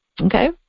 Okay